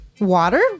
water